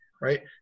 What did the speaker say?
right